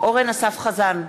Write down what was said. אורן אסף חזן,